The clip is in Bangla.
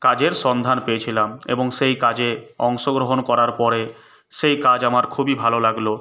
কাজের সন্ধান পেয়েছিলাম এবং সেই কাজে অংশগ্রহণ করার পরে সেই কাজ আমার খুবই ভালো লাগল